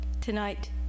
Tonight